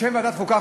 בשם ועדת החוקה,